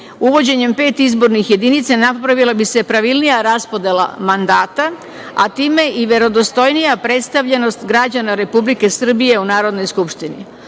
skupštine. Uvođenjem pet izbornih jedinica napravila bi se pravilnija raspodela mandata, a time i verodostojnija predstavljenost građana Republike Srbije u Narodnoj skupštini,